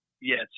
Yes